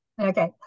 Okay